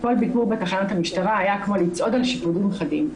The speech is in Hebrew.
כל ביקור בתחנת המשטרה היה כמו לצעוד על שיפודים חדים.